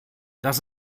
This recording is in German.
das